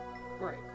Right